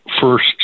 first